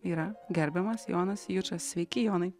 yra gerbiamas jonas jučas sveiki jonai